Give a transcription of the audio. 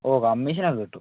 ഓ കമ്മീഷനൊക്കെ കിട്ടും